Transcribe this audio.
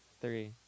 Three